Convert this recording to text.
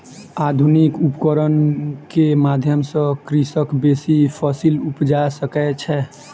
आधुनिक उपकरण के माध्यम सॅ कृषक बेसी फसील उपजा सकै छै